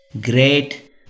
Great